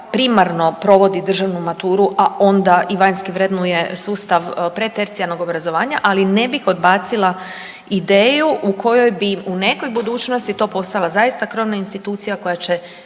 primarno provodi državnu maturu, a onda i vanjski vrednuje sustav predtercijarnog obrazovanja, ali ne bih odbacila ideju u kojoj bi u nekoj budućnosti to postala zaista krovna institucija koja će